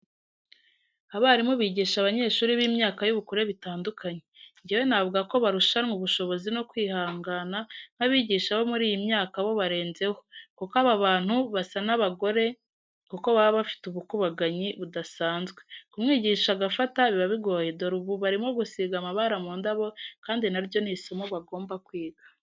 Abarimu bigisha abanyeshuri b'imyaka y'ubukure bitandukanye, njyewe navuga ko barushanwa ubushobozi no kwihangana nk'abigisha abo muri iyi myaka bo barenzeho kuko aba bantu basa n'abagore kuko baba bafite ubukubaganyi budasanzwe, kumwigisha agafata biba bigoye dore ubu barimo gusiga amabara mu ndabo kandi na ryo ni isomo bagomba kwiga.